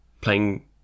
playing